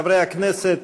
חברי הכנסת,